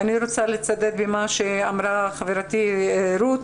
אני רוצה לצדד במה שאמרה חברתי רות